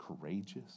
courageous